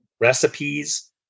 recipes